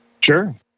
Sure